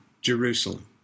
Jerusalem